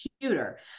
computer